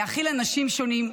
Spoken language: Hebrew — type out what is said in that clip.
להכיל אנשים שונים.